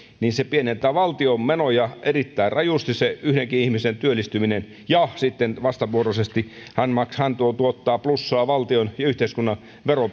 pienentää valtion menoja erittäin rajusti se yhdenkin ihmisen työllistyminen ja sitten vastavuoroisesti hän tuottaa plussaa valtion ja yhteiskunnan